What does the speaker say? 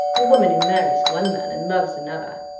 the woman who marries one man, and loves another,